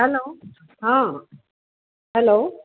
hello हां hello